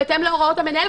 בהתאם להוראות המנהל,